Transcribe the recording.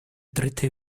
dritte